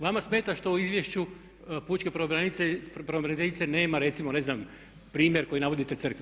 Vama smeta što u izvješću pučke pravobraniteljice nema recimo ne znam primjer koji navodite crkvi.